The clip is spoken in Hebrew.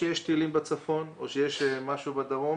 כשיש טילים על הצפון או משהו בדרום,